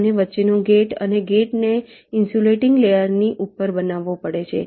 અને વચ્ચેનો ગેટ અને ગેટને ઇન્સ્યુલેટીંગ લેયરની ઉપર બનાવવો પડે છે